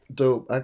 dope